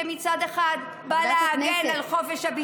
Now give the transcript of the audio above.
שמצד אחד בא להגן על חופש הביטוי,